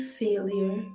failure